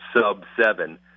sub-seven